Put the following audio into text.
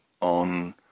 on